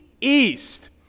east